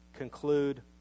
Conclude